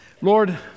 Lord